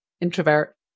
introvert